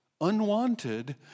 unwanted